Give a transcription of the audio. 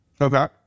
Okay